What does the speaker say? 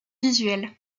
visuel